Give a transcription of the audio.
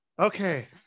Okay